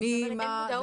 אין מודעות.